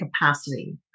capacity